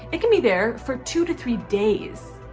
it can be there for two to three days.